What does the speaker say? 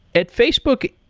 at facebook,